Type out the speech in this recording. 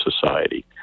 society